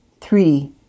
three